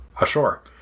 ashore